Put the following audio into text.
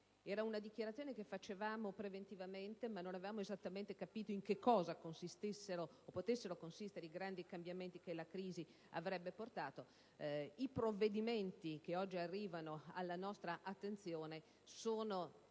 era una dichiarazione che facevamo preventivamente, ma non avevamo esattamente capito in che cosa potessero consistere i grandi cambiamenti che la crisi avrebbe portato. I provvedimenti che oggi arrivano alla nostra attenzione sono